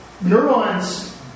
neurons